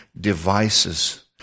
devices